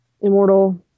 immortal